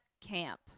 camp